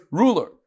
ruler